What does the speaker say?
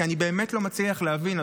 כי אני באמת לא מצליח להבין,